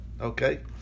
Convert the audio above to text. okay